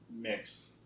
mix